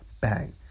Bang